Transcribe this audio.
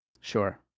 Sure